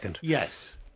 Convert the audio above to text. yes